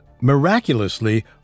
Miraculously